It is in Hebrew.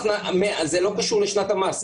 זה לא קשור לשנת המס,